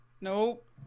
Nope